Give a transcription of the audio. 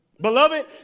Beloved